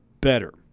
better